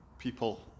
People